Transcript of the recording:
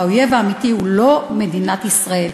והאויב האמיתי הוא לא מדינת ישראל.